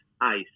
ice